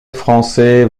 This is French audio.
français